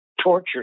torture